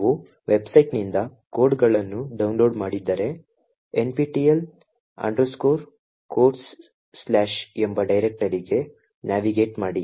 ನೀವು ವೆಬ್ಸೈಟ್ನಿಂದ ಕೋಡ್ಗಳನ್ನು ಡೌನ್ಲೋಡ್ ಮಾಡಿದ್ದರೆ NPTEL CODES ಎಂಬ ಡೈರೆಕ್ಟರಿಗೆ ನ್ಯಾವಿಗೇಟ್ ಮಾಡಿ